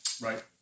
Right